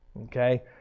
okay